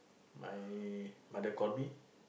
my mother call me